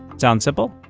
sounds simple?